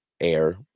Air